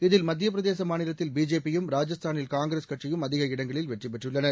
இதில் மத்தியப் பிரதேச மாநிலத்தில் பிஜேபியும் ராஜஸ்தானில் காங்கிரஸ் கட்சியும் அதிக இடங்களில் வெற்றி பெற்றுள்ளனர்